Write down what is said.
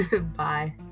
bye